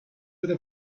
would